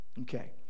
okay